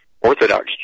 Orthodox